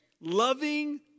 loving